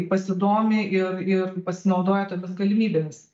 pasidomi ir ir pasinaudoja tomis galimybėmis